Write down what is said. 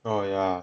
orh ya